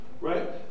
Right